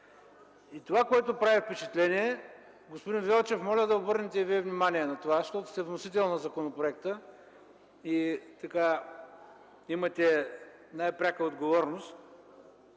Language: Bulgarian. И това, което прави впечатление, господин Велчев, моля да обърнете и Вие внимание на това, защото сте вносител на законопроекта и имате най-пряка отговорност,